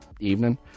evening